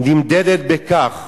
נמדדת בכך